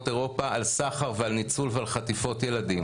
אירופה על סחר ועל ניצול ועל חטיפות ילדים.